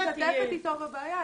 אני משתתפת איתו בבעיה.